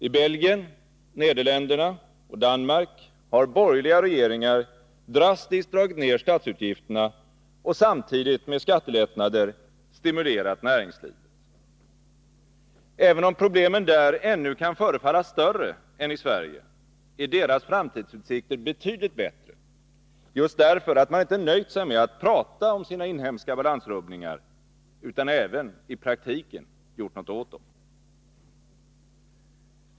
I Belgien, Nederländerna och Danmark har borgerliga regeringar drastiskt dragit ner statsutgifterna och samtidigt med skattelättnader stimulerat näringslivet. Även om problemen där ännu kan förefalla större än i Sverige, är deras framtidsutsikter betydligt bättre, just därför att man inte nöjt sig med att prata om sina inhemska balansrubbningar utan även i praktiken gjort något åt dem.